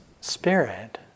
Spirit